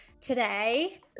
today